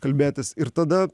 kalbėtis ir tada